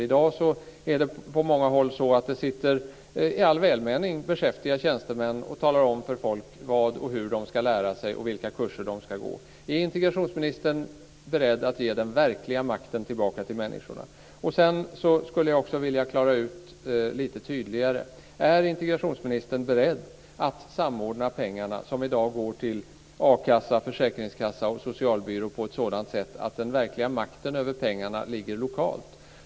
I dag är det på många håll så att det sitter, i all välmening, beskäftiga tjänstemän och talar om för folk vad och hur de ska lära sig och vilka kurser de ska gå. Är integrationsministern beredd att ge den verkliga makten tillbaka till människorna? Jag skulle också vilja få lite tydligare utklarat om integrationsministern är beredd att samordna pengarna, som i dag går till a-kassa, försäkringskassa och socialbyrå, på ett sådant sätt att den verkliga makten över pengarna ligger lokalt.